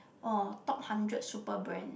or top hundred super brands